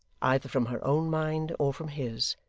either from her own mind or from his,